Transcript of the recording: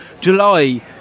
july